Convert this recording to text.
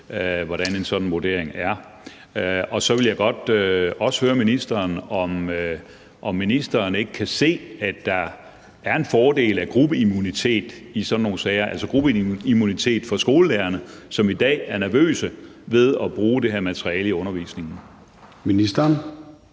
hvordan en sådan vurdering er. Så vil jeg godt også høre ministeren, om ministeren ikke kan se, at der er en fordel med gruppeimmunitet i sådan nogle sager, altså gruppeimmunitet for skolelærerne, som i dag er nervøse ved at bruge det her materiale i undervisningen. Kl.